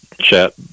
chat